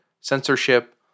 censorship